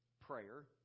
prayer